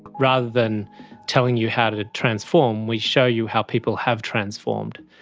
rather than telling you how to transform, we show you how people have transformed.